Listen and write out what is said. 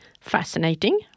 fascinating